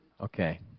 Okay